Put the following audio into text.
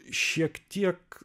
šiek tiek